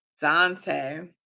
Dante